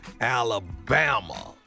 Alabama